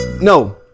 No